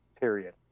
Period